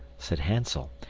said hansel,